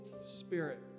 Spirit